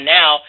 now